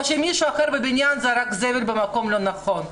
או שמישהו אחר בבניין זרק זבל במקום לא נכון,